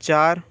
चार